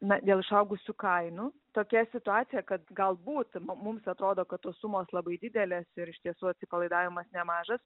na dėl išaugusių kainų tokia situacija kad galbūt mums atrodo kad sumos labai didelės ir iš tiesų atsipalaidavimas nemažas